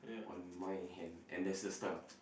on my hand and there's a scar